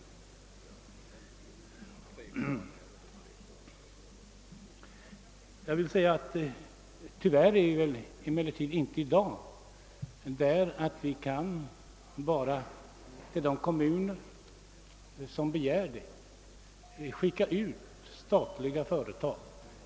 Tyvärr finns det väl inte i dag några möjligheter för staten att i de kommuner som så begär starta statliga företag.